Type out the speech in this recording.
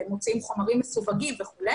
מוציאים חומרים מסווגים וכו',